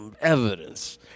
evidence